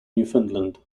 newfoundland